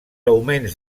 augments